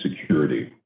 security